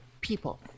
people